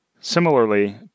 Similarly